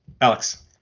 Alex